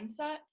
mindset